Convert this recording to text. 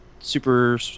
Super